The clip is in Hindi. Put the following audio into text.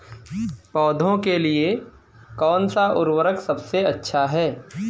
पौधों के लिए कौन सा उर्वरक सबसे अच्छा है?